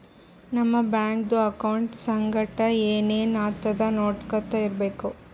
ನಮ್ ಬ್ಯಾಂಕ್ದು ಅಕೌಂಟ್ ಸಂಗಟ್ ಏನ್ ಏನ್ ಆತುದ್ ನೊಡ್ಕೊತಾ ಇರ್ಬೇಕ